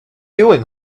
doing